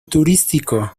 turístico